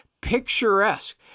picturesque